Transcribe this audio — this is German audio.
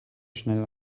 schnell